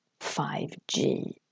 5G